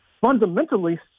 fundamentally